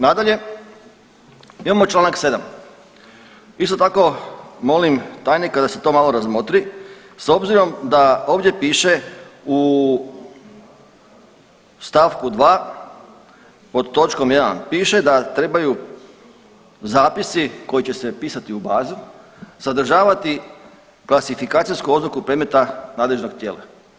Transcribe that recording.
Nadalje, imamo Članak 7., isto tako molim tajnika da se to malo razmotri s obzirom da ovdje piše u stavku 2. pod točkom 1. piše da trebaju zapisi koji će se pisati u bazu sadržavati klasifikacijsku oznaku predmeta nadležnog tijela.